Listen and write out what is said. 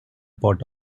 part